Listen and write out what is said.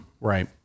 Right